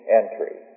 entry